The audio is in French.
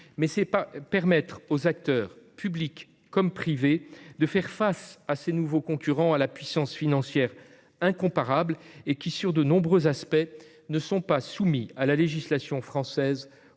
s'agit de permettre aux acteurs, publics comme privés, de faire face à de nouveaux concurrents, à la puissance financière incomparable et qui, pour de nombreux aspects, ne sont pas soumis à la législation française